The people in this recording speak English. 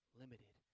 limited